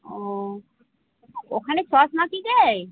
ও ওখানে চশমা কি দেয়